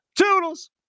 Toodles